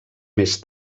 més